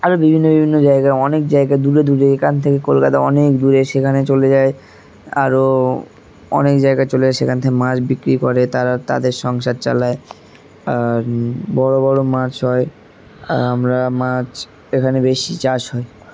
আরও বিভিন্ন বিভিন্ন জায়গায় অনেক জায়গা দূরে দূরে এখান থেকে কলকাতা অনেক দূরে সেখানে চলে যায় আরও অনেক জায়গায় চলে যায় সেখান থেকে মাছ বিক্রি করে তারা তাদের সংসার চালায় আর বড়ো বড়ো মাছ হয় আমরা মাছ এখানে বেশি চাষ হয়